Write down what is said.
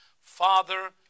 Father